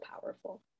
powerful